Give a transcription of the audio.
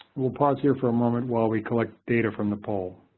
we'll pause here for a moment while we collect data from the poll.